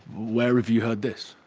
where have you heard this?